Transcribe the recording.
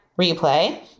replay